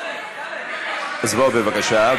אז בוא, בבקשה.